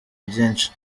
byinshi